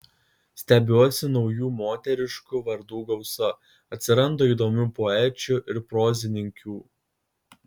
stebiuosi naujų moteriškų vardų gausa atsiranda įdomių poečių ir prozininkių